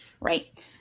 Right